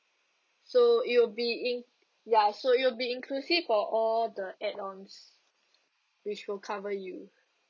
so it will be in ya so it'll be inclusive for all the add ons which will cover you